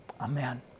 Amen